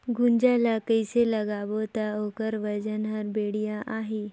गुनजा ला कइसे लगाबो ता ओकर वजन हर बेडिया आही?